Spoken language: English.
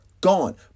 gone